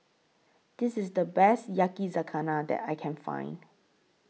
This IS The Best Yakizakana that I Can Find